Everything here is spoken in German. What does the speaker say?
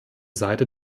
seite